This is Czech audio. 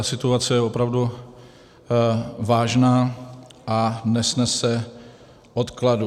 Situace je opravdu vážná a nesnese odkladu.